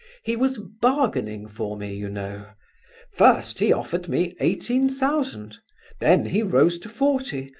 he was bargaining for me, you know first he offered me eighteen thousand then he rose to forty,